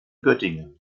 göttingen